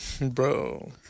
Bro